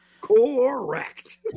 Correct